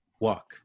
walk